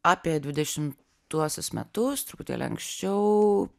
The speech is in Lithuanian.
apie dvidešimtuosius metus truputėlį anksčiau